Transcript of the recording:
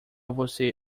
você